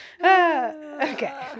Okay